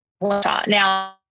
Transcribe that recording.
Now